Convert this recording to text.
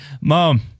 Mom